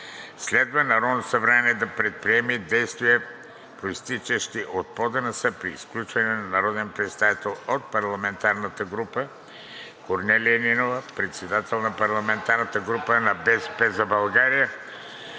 Следва Народното събрание да предприеме действия, произтичащи от ПОДНС при изключване на народен представител от парламентарната група. Корнелия Нинова – председател на парламентарната група на „БСП за България“.“